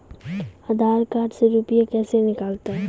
आधार कार्ड से रुपये कैसे निकलता हैं?